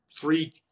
three